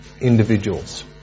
individuals